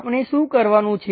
આપણે શું કરવાનું છે